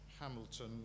Hamilton